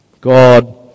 God